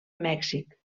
mèxic